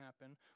happen